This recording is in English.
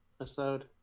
episode